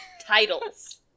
Titles